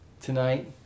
Tonight